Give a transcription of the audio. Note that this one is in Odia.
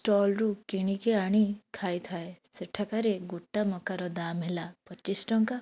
ଷ୍ଟଲ୍ରୁ କିଣିକି ଆଣି ଖାଇଥାଏ ସେଠାକାରେ ଗୋଟା ମକାର ଦାମ୍ ହେଲା ପଚିଶ ଟଙ୍କା